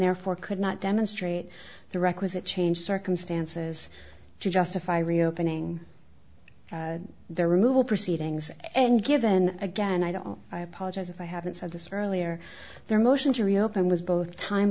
therefore could not demonstrate the requisite change circumstances justify reopening their removal proceedings and given again i don't i apologize if i haven't said this earlier their motion to reopen was both time